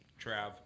Trav